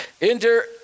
enter